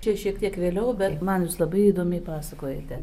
čia šiek tiek vėliau bet man jūs labai įdomiai pasakojate